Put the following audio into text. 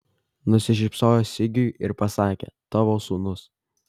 nusišypsojo sigiui ir pasakė tavo sūnus